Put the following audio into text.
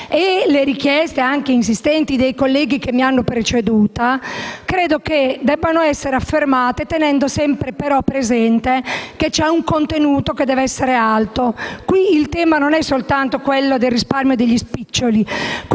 le richieste, anche insistenti, dei colleghi che mi hanno preceduta, credo che debbano essere affermate tenendo sempre presente che c'è un contenuto che deve essere alto. Qui il tema non è solo quello del risparmio degli spiccioli;